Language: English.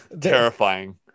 terrifying